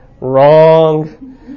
Wrong